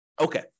okay